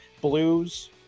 Blues